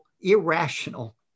irrational